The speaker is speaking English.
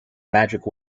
magic